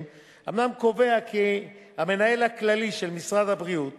אומנם קובע כי המנהל הכללי של משרד הבריאות